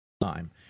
time